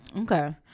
okay